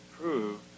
prove